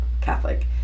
Catholic